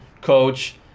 coach